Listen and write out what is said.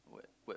what